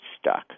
stuck